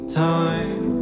time